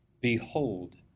behold